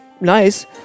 nice